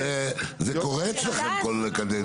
זה קורה אצלכם כל קדנציה.